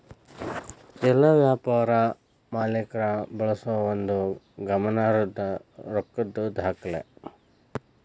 ಎಲ್ಲಾ ವ್ಯಾಪಾರ ಮಾಲೇಕ್ರ ಬಳಸೋ ಒಂದು ಗಮನಾರ್ಹದ್ದ ರೊಕ್ಕದ್ ದಾಖಲೆ